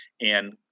And-